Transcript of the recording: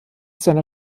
seiner